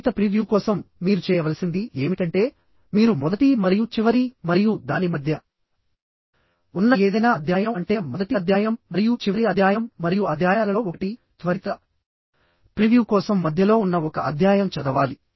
త్వరిత ప్రివ్యూ కోసం మీరు చేయవలసింది ఏమిటంటేమీరు మొదటి మరియు చివరి మరియు దాని మధ్య ఉన్న ఏదైనా అధ్యాయం అంటే మొదటి అధ్యాయం మరియు చివరి అధ్యాయం మరియు అధ్యాయాలలో ఒకటి త్వరిత ప్రివ్యూ కోసం మధ్యలో ఉన్న ఒక అధ్యాయం చదవాలి